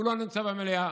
הוא לא נמצא במליאה.